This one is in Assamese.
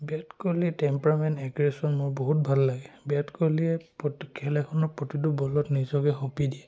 বিৰাট কোহলিৰ টেম্পেৰামেণ্ট এগ্ৰেশ্যন মোৰ বহুত ভাল লাগে বিৰাট কোহলিয়ে প খেল এখনৰ প্ৰতিটো বলত নিজকে সপি দিয়ে